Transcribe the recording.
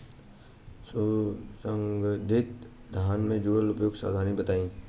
सुगंधित धान से जुड़ी उपयुक्त सावधानी बताई?